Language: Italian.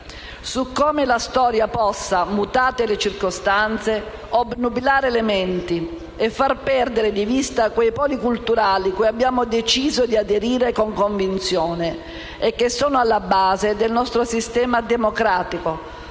su come la storia possa, mutate le circostanze, obnubilare le menti e far perdere di vista quei poli culturali cui abbiamo deciso di aderire con convinzione e che sono alla base del nostro sistema democratico,